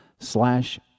Slash